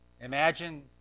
Imagine